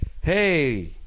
hey